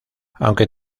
aunque